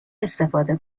استفاده